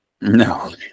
No